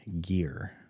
gear